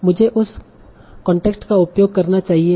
मुझे उस कांटेक्स्ट का उपयोग करना चाहिए